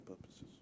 purposes